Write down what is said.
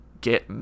get